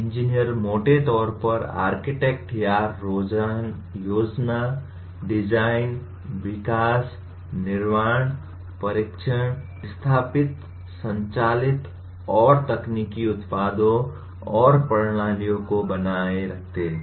engineer मोटे तौर पर आर्किटेक्ट या योजना डिजाइन विकास निर्माण परीक्षण स्थापित संचालित और तकनीकी उत्पादों और प्रणालियों को बनाए रखते हैं